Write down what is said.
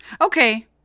Okay